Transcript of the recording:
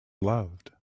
loved